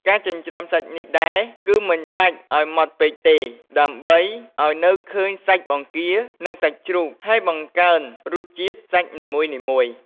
ការចិញ្ច្រាំសាច់នេះដែរគឺមិនបាច់ឱ្យម៉ដ្ឋពេកទេ ដើម្បីឱ្យនៅឃើញសាច់បង្គា និងសាច់ជ្រូក ហើយបង្កើនរសជាតិសាច់នីមួយៗ។